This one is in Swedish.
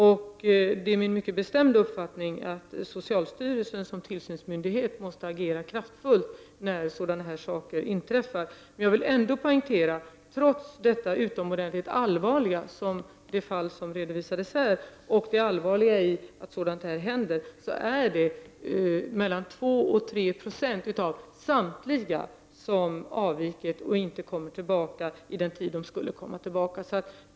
Det är min mycket bestämda uppfattning att socialstyrelsen som tillsynsmyndighet måste agera kraftfullt när sådana saker inträffar. Jag vill ändå poängtera: Trots det utomordentligt allvarliga fall som redovisats här och trots det allvar som ligger i att sådana här saker inträffar så är det bara mellan 2 och 3 26 av samtliga intagna som avvikit och inte kommit tillbaka vid den tidpunkt då de skulle ha kommit tillbaka.